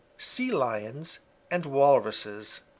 sea lions and walruses.